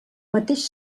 mateix